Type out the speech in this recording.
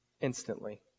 instantly